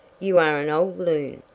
you are an old loon!